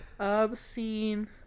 Obscene